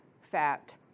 fat